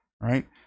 right